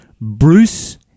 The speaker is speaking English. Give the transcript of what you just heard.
Bruce